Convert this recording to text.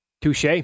Touche